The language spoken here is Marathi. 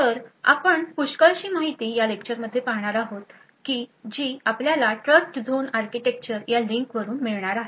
तर आपण पुष्कळशी माहिती या लेक्चरमध्ये पाहणार आहोत जी आपल्याला ट्रस्टझोन आर्किटेक्चर या लिंक वरून मिळणार आहे